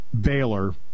Baylor